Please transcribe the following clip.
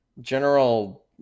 General